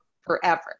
forever